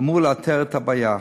אמור לאתר את הבעיה.